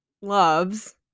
loves